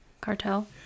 Cartel